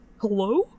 hello